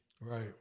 Right